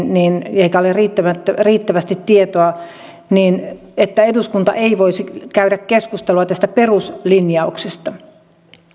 eikä ole riittävästi tietoa eduskunta ei voisi käydä keskustelua tästä peruslinjauksesta